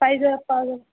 পায় যা পাও যা